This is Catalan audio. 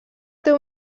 teu